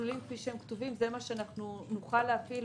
המסלולים כפי שכתובים זה מה שאנחנו נוכל להפעיל